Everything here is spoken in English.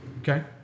Okay